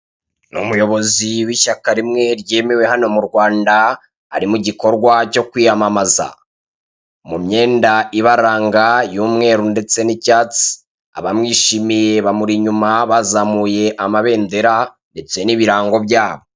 Ni umuyobozi w'ishyaka rimwe ryemewe hano mu Rwanda, ari mu gikorwa cyo kwiyamamaza. Mu myenda ibaranga y'umweru ndetse n'icyatsi, abamwishimiye bamuri inyuma bazamuye amabendera ndetse n'ibirango byabo.